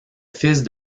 fils